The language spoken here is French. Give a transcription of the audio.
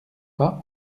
pas